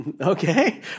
Okay